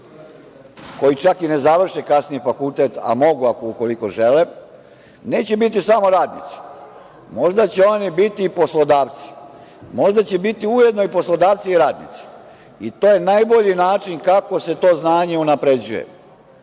koji čak i ne završe kasnije fakultet, a mogu, ukoliko žele, neće biti samo radnici, možda će oni biti i poslodavci, možda će biti ujedno i poslodavci i radnici. I to je najbolji način kako se to znanje unapređuje. Dakle,